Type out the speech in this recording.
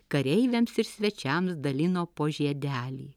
kareiviams ir svečiams dalino po žiedelį